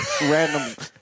random